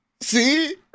See